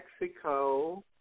Mexico